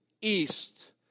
east